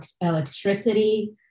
electricity